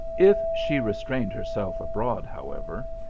if she restrained herself abroad, however,